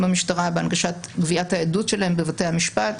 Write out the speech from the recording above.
בהנגשת גביית העדות שלהם בבתי המשפט,